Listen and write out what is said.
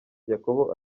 yakobo